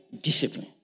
discipline